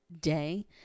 day